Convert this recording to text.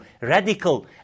radical